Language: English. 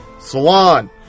Salon